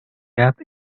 gap